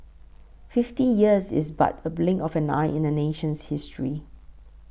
fifty years is but the blink of an eye in a nation's history